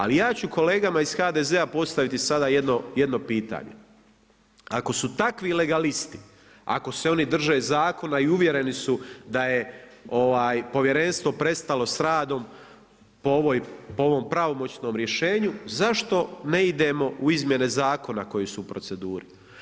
Ali ja ću kolegama iz HDZ-a postaviti sada jedno pitanje. ako su takvi legalisti, ako se oni drže zakona i uvjereni su da je povjerenstvo prestalo s radom po ovom pravomoćnom rješenju, zašto ne idemo u izmjene zakona koji su u proceduri?